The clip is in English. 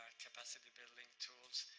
capacity-building tools,